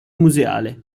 museale